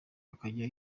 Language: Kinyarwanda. akajya